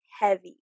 heavy